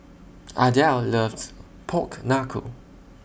Ardelle loves Pork Knuckle